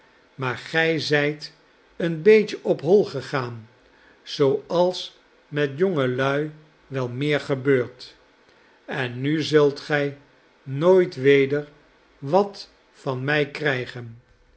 maar gij zijt een beetje op hoi gegaan zooals met jongelui wel meer gebeurt en nu zult gij nooit weder wat van mij krijgen